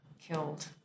killed